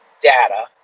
data